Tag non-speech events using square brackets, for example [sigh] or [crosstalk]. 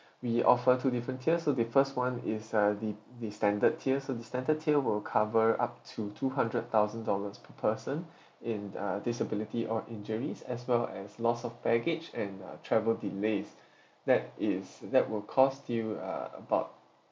[breath] we offer two different tiers so the first one is uh the the standard tier so the standard tier will cover up to two hundred thousand dollars per person [breath] in uh disability or injuries as well as loss of baggage and uh travel delays [breath] that is that will cost you uh about